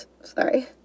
sorry